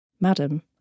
Madam